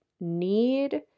need